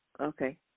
Okay